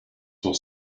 for